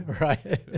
right